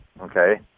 okay